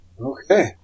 Okay